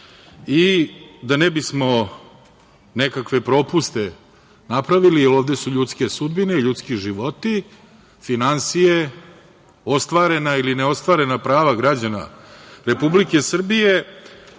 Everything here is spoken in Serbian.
i da ne bismo nekakve propuste napravili, jer ovde su ljudske sudbine i ljudski životi, finansije, ostvarena ili neostvarena prava građana Republike Srbije,